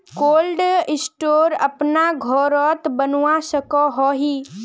Cold store अपना घोरोत बनवा सकोहो ही?